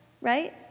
Right